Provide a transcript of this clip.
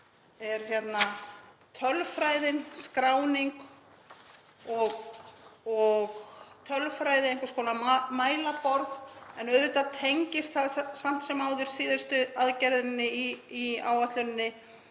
er tölfræðin, skráning og tölfræði, einhvers konar mælaborð. En auðvitað tengist það samt sem áður síðustu aðgerðinni í áætluninni